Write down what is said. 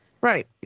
Right